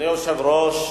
אדוני היושב-ראש,